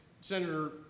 Senator